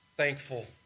thankful